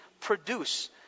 produce